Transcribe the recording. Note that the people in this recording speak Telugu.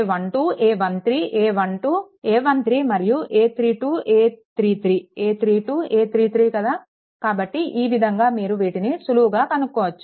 a12 a13 a12 a13 మరియు a32 a33 a32 a33 కదా కాబట్టి ఈ విధంగా మీరు వీటిని సులువుగా కనుక్కోవచ్చు